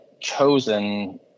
chosen